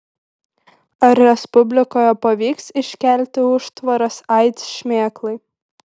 ar respublikoje pavyks iškelti užtvaras aids šmėklai